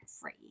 free